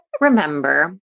remember